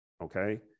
okay